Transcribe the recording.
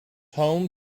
home